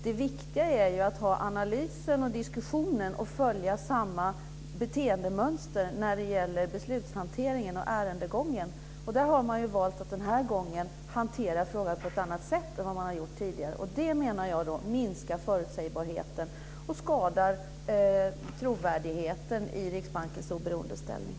Det viktiga är ju att göra analysen, föra diskussionen och följa samma beteendemönster när det gäller beslutshanteringen och ärendegången. Den här gången har man valt att hantera frågan på ett annat sätt än vad man har gjort tidigare. Jag menar att det minskar förutsägbarheten och skadar trovärdigheten när det gäller Riksbankens oberoende ställning.